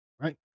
right